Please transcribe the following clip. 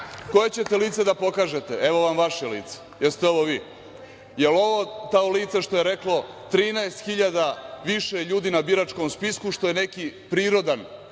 ćete lice da pokažete? Evo vam vaše lice. Jeste li ovo vi? Jel ovo to lice što je reklo 13.000 više ljudi na biračkom spisku, što je neki prirodan